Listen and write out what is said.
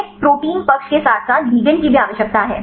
हमें प्रोटीन पक्ष के साथ साथ लिगंड की भी आवश्यकता है